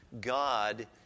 God